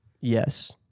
Yes